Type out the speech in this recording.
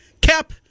Cap